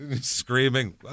screaming